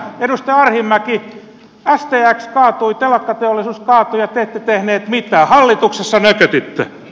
edustaja arhinmäki stx kaatui telakkateollisuus kaatui ja te ette tehneet mitään hallituksessa nökötitte